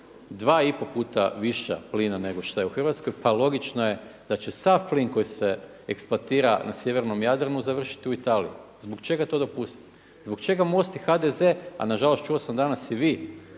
2,5 puta viša plina nego što je u Hrvatskoj, pa logično je da će sav plin koji se eksploatira na sjevernom Jadranu završiti u Italiji. Zbog čega to dopustiti? Zbog čega MOST i HDZ a nažalost čuo sam danas i vi